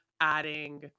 adding